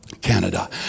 Canada